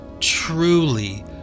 truly